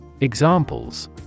Examples